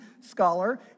scholar